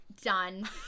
done